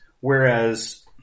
Whereas